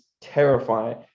terrifying